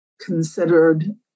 considered